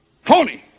Phony